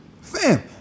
Fam